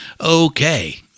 Okay